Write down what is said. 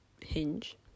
Hinge